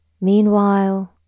Meanwhile